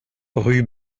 rue